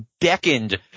beckoned